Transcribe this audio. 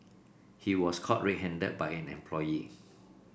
he was caught red handed by an employee